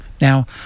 Now